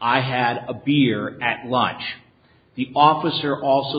i had a beer at lunch the officer also